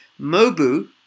Mobu